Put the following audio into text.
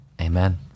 amen